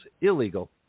illegal